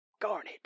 Garnet